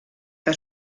que